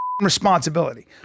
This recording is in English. responsibility